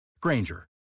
Granger